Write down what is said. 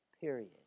period